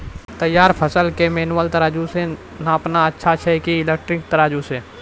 तैयार फसल के मेनुअल तराजु से नापना अच्छा कि इलेक्ट्रॉनिक तराजु से?